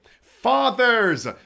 Fathers